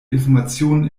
informationen